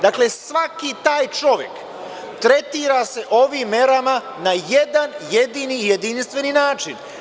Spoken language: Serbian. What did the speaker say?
Dakle, svaki taj čovek tretira se ovim merama na jedan, jedini jedinstveni način.